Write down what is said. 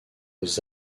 aux